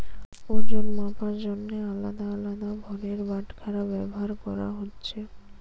ওজন মাপার জন্যে আলদা আলদা ভারের বাটখারা ব্যাভার কোরা হচ্ছে